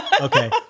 okay